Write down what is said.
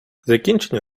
закінчення